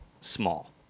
small